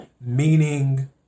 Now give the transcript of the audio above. meaning